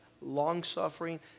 long-suffering